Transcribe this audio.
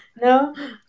No